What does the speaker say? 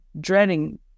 dreading